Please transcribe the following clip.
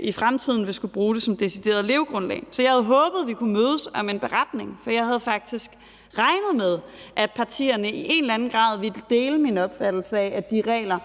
i fremtiden skulle bruge det som decideret levegrundlag. Så jeg havde håbet, at vi kunne mødes om en beretning, for jeg havde faktisk regnet med, at partierne i en eller anden grad ville dele min opfattelse af, at de regler,